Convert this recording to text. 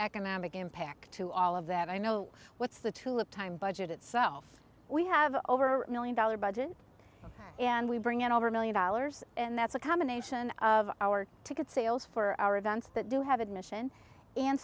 economic impact to all of that i know what's the tulip time budget itself we have over a million dollar budget and we bring in over a million dollars and that's a combination of our ticket sales for our events that do have admission and